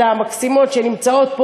אז תשמע רגע.